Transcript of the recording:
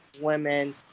women